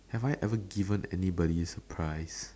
have I ever given anybody surprise